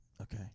Okay